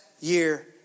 year